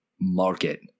market